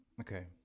Okay